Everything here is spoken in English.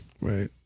Right